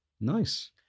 Nice